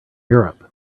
europe